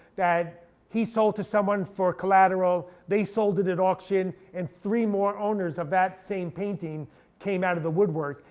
that he sold to someone for collateral. they sold it at auction, and three more owners of that same painting came out of the woodwork.